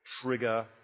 trigger